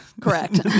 Correct